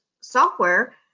software